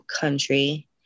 country